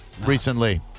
recently